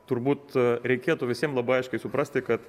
turbūt reikėtų visiem labai aiškiai suprasti kad